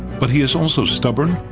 but he is also stubborn,